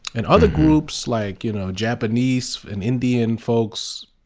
and other groups, like you know japanese and indian folks,